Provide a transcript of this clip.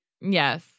Yes